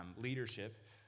leadership